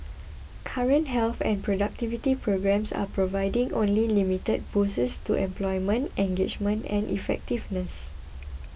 current health and productivity programmes are providing only limited boosts to employment engagement and effectiveness